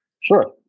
Sure